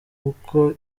uko